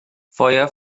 feuer